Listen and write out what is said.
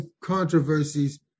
controversies